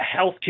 healthcare